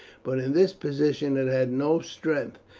but in this position it had no strength,